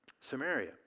Samaria